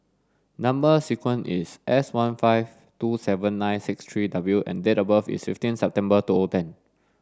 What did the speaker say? number sequence is S one five two seven nine six three W and date of birth is fifteen September two O ten